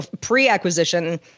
pre-acquisition